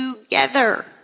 together